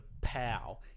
POW